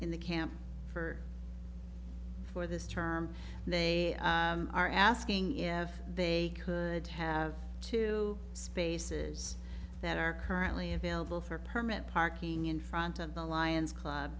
in the camp for for this term they are asking if they they could have two spaces that are currently available for permanent parking in front of the lions club